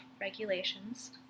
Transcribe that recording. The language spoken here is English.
regulations